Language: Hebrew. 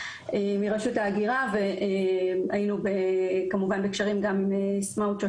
מרשות ההגירה והיינו כמובן בקשרים גם עם סמצ'או